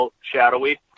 shadowy